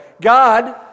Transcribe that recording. God